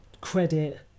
credit